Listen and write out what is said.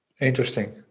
interesting